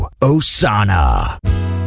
Osana